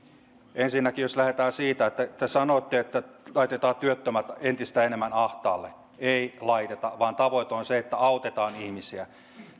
ensinnäkin jos lähdetään siitä kun te sanoitte että laitetaan työttömät entistä enemmän ahtaalle ei laiteta vaan tavoite on se että autetaan ihmisiä